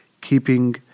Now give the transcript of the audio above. keeping